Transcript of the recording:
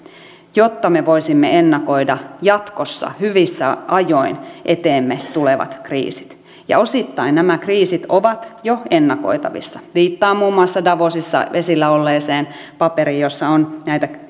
jotta me voisimme ennakoida jatkossa hyvissä ajoin eteemme tulevat kriisit ja osittain nämä kriisit ovat jo ennakoitavissa viittaan muun muassa davosissa esillä olleeseen paperiin jossa on näitä